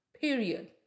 Period